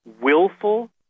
willful